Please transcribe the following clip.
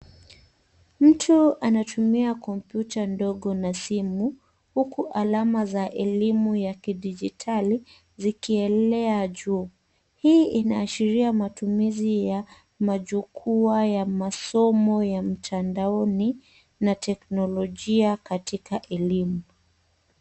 Mtu anatumia kompyuta ndogo na simu huku alama za elimu ya kidigitali zikielea juu. Hii inaashiria matumizi ya majukwaa ya masomo ya mtandaoni na teknolojia katika elimu.